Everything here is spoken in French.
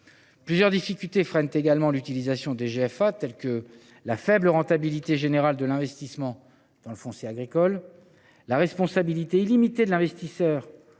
Plusieurs difficultés freinent également l’utilisation des GFA : la faible rentabilité générale de l’investissement dans le foncier agricole ; la responsabilité illimitée de l’investisseur